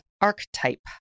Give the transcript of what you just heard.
archetype